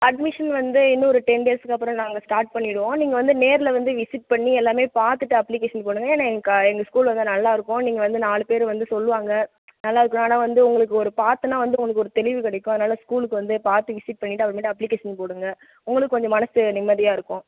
admission வந்து இன்னும் ஒரு டென் டேஸ்க்கு அப்புறம் நாங்கள் ஸ்டார்ட் பண்ணிவிடுவோம் நீங்கள் வந்து நேரில் வந்து விசிட் பண்ணி எல்லாமே பார்த்துட்டு அப்ளிகேஷன் போடுங்கள் ஏன்னா எங் எங்கள் ஸ்கூல் வந்து நல்லா இருக்கும் நீங்கள் வந்து நாலு பேர் வந்து சொல்லுவாங்க நால்லாருக்கும்னு ஆனால் வந்து உங்களுக்கு ஒரு பார்த்தோம்ன்னா வந்து உங்களுக்கு ஒரு தெளிவு கிடைக்கும் அதனால் ஸ்கூலுக்கு வந்து பார்த்து விசிட் பண்ணிவிட்டு அப்புறமேட்டு அப்ளிகேஷன் போடுங்கள் உங்களுக்கும் கொஞ்சம் மனசு நிம்மதியாகருக்கும்